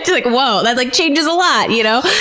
like, whoa! that like changes a lot, you know?